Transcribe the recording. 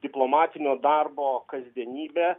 diplomatinio darbo kasdienybė